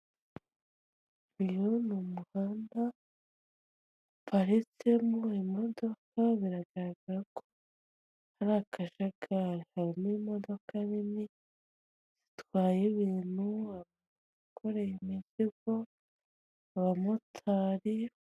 Biro n'umuhanda iparitse mo imodoka biragaragara ko ari akajagari karimo imodoka nini zitwaye ibintu abantu bikoreye imizigo abamotari.